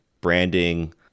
branding